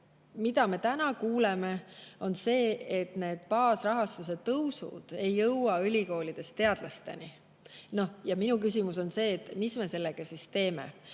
mida me täna kuuleme, on see, et need baasrahastuse tõusud ei jõua ülikoolides teadlasteni. Ja minu küsimus on see, et mis me sellega siis teeme.